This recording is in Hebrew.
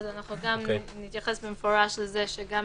אז גם במפורש נתייחס לזה שגם